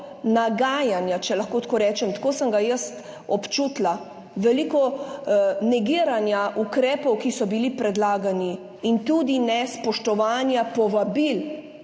nagajanja, če lahko tako rečem, tako sem ga jaz občutila, veliko negiranja ukrepov, ki so bili predlagani, in tudi nespoštovanja povabil